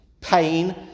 Pain